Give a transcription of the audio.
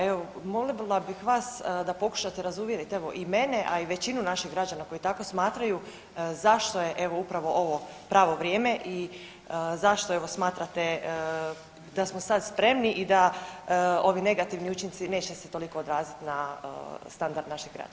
Evo, molila bih vas da pokušate razuvjerit evo i mene, a i većinu naših građana koji tako smatraju zašto je evo upravo ovo pravo vrijeme i zašto evo smatrate da smo sad spremni i da ovi negativni učinci neće se toliko odrazit na standard naših građana?